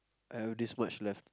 I have this much left